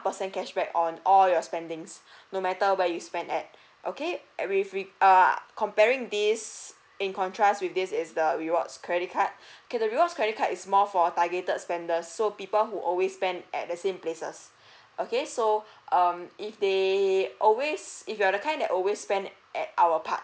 percent cashback on all your spendings no matter where you spend at okay every free err comparing this in contrast with this is the rewards credit card okay the rewards credit card is more for targeted spender so people who always spend at the same places okay so um if they always if you're the kind that always spend at our partners